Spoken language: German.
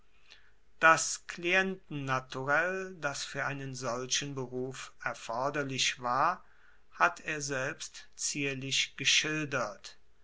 das klientennaturell das fuer einen solchen beruf erforderlich war hat er selbst zierlich geschildert